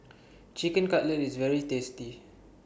Chicken Cutlet IS very tasty